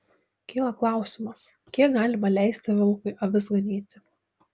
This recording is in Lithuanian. kyla klausimas kiek galima leisti vilkui avis ganyti